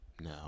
No